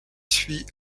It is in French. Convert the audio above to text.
suit